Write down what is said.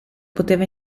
poteva